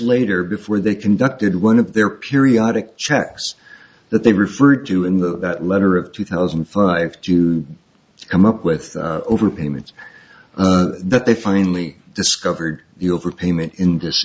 later before they conducted one of their periodic checks that they referred to in that letter of two thousand and five to come up with overpayment that they finally discovered the overpayment in this